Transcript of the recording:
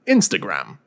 Instagram